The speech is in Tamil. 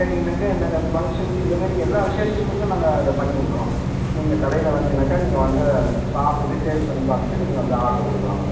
கேட்டிங்கன்னாக்கா நாங்கள் ஃபங்க்ஷன் இந்தமாரிக்கு எல்லா விஷேஷங்களுக்கும் நாங்கள் அதை பண்ணி கொடுக்குறோம் நீங்கள் கடையில் வந்தீங்கன்னாக்கா நீங்கள் வந்து சாப்பிட்டுட்டு டேஸ்ட் பண்ணி பார்த்துட்டு நீங்கள் வந்து ஆர்ட்ரு கொடுக்கலாம